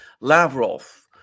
Lavrov